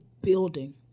building